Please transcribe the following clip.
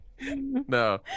no